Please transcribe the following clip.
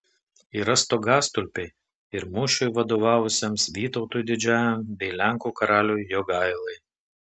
yra stogastulpiai ir mūšiui vadovavusiems vytautui didžiajam bei lenkų karaliui jogailai